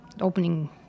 opening